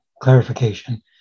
clarification